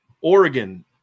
Oregon